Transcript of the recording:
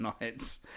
nights